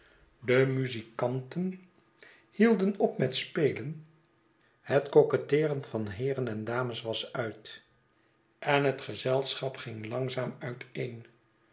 de muzikanten hielden op met spelen het coquetteeren van heeren en dames was uit en het gezelschap ging langzaam uiteen